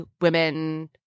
women